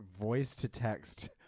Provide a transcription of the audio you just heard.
voice-to-text